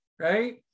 right